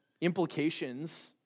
implications